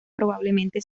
probablemente